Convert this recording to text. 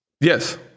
Yes